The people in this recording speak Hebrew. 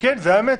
זו האמת.